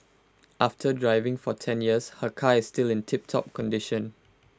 after driving for ten years her car is still in tiptop condition